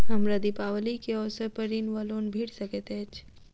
हमरा दिपावली केँ अवसर पर ऋण वा लोन भेट सकैत अछि?